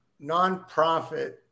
nonprofit